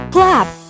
Clap